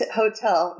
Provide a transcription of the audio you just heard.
hotel